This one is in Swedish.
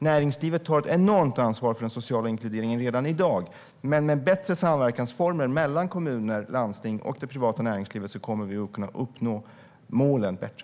Näringslivet tar ett enormt ansvar för den sociala inkluderingen redan i dag, men med bättre samverkansformer mellan kommuner, landsting och det privata näringslivet kommer vi att kunna uppnå målen bättre.